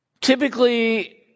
typically